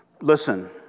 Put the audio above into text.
Listen